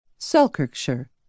Selkirkshire